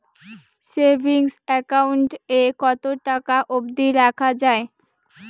Savings account এ কতো টাকা অব্দি রাখা যায়?